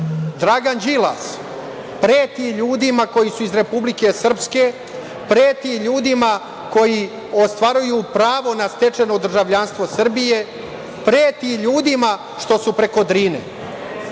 Dragan Đilas preti ljudima koji su iz Republike Srpske, preti ljudima koji ostvaruju pravo na stečeno državljanstvo Srbije, preti ljudima što su preko Drine.